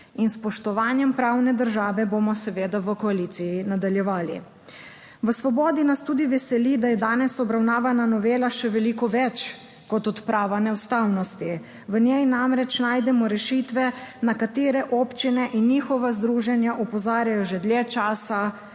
in s spoštovanjem pravne države bomo seveda v koaliciji nadaljevali. V Svobodi nas tudi veseli, da je danes obravnavana novela še veliko več kot odprava neustavnosti. V njej namreč najdemo rešitve, na katere občine in njihova združenja opozarjajo že dlje časa,